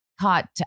caught